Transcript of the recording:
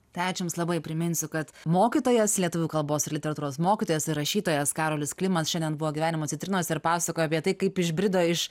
tai ačiū jums labai priminsiu kad mokytojas lietuvių kalbos ir literatūros mokytojas rašytojas karolis klimas šiandien buvo gyvenimo citrinos ir pasakojo apie tai kaip išbrido iš